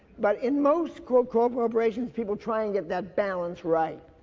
but in most corporations, people try and get that balance right.